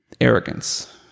Arrogance